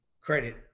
credit